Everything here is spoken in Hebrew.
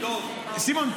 סימון,